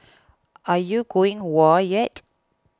are you going whoa yet